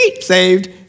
saved